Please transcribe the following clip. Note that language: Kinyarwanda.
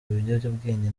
biyobyabwenge